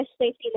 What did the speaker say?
safety